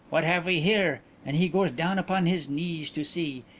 what have we here and he goes down upon his knees to see.